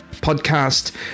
podcast